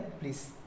please